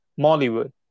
Mollywood